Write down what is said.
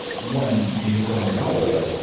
one you'll go into alpha.